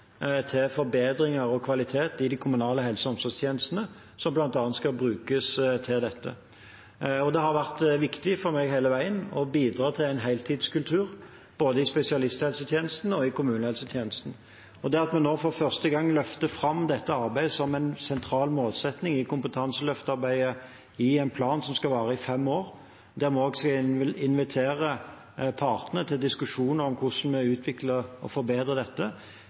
til forbedringer og kvalitet i de kommunale helse- og omsorgstjenestene, som bl.a. skal brukes til dette. Det har vært viktig for meg hele veien å bidra til en heltidskultur, både i spesialisthelsetjenesten og i kommunehelsetjenesten. Det at vi nå for første gang løfter fram dette arbeidet som en sentral målsetting i kompetanseløftarbeidet i en plan som skal vare i fem år, der vi også skal invitere partene til diskusjon om hvordan vi utvikler og forbedrer dette,